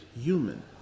human